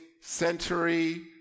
century